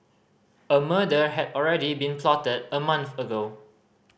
a murder had already been plotted a month ago